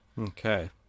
Okay